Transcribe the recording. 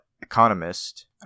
economist